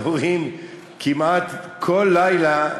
ההורים להופיע בבתי-החולים כמעט כל לילה,